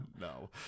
No